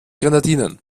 grenadinen